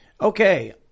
Okay